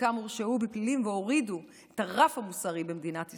חלקם הורשעו בפלילים והורידו את הרף המוסרי במדינת ישראל.